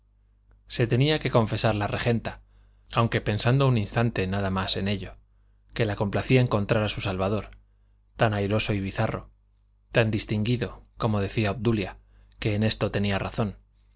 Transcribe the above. se tenía que confesar la regenta aunque pensando un instante nada más en ello que la complacía encontrar a su salvador tan airoso y bizarro tan distinguido como decía obdulia que en esto tenía razón